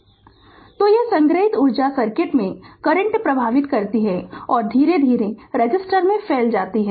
Refer Slide Time 0248 तो यह संग्रहीत ऊर्जा सर्किट में करंट प्रवाहित करती है और धीरे धीरे रेसिस्टर में फैल जाती है